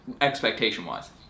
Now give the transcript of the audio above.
expectation-wise